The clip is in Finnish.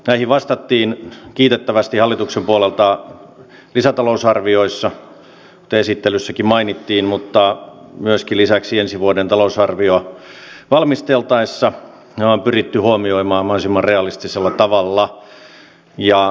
näihin vastattiin kiitettävästi hallituksen puolelta lisätalousarvioissa kuten esittelyssäkin mainittiin mutta lisäksi ensi vuoden talousarviota valmisteltaessa nämä on pyritty huomioimaan mahdollisimman realistisella tavalla